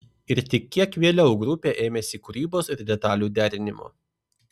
ir tik kiek vėliau grupė ėmėsi kūrybos ir detalių derinimo